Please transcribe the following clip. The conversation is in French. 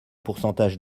pourcentage